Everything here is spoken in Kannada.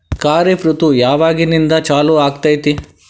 ಖಾರಿಫ್ ಋತು ಯಾವಾಗಿಂದ ಚಾಲು ಆಗ್ತೈತಿ?